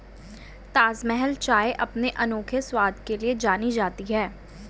ताजमहल चाय अपने अनोखे स्वाद के लिए जानी जाती है